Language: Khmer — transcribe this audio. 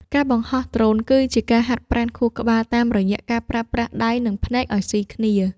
ការបង្ហោះដ្រូនគឺជាការហាត់ប្រាណខួរក្បាលតាមរយៈការប្រើប្រាស់ដៃ និងភ្នែកឱ្យស៊ីគ្នា។